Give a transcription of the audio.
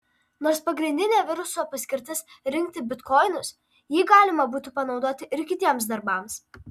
nors pagrindinė viruso paskirtis rinkti bitkoinus jį galima būtų panaudoti ir kitiems darbams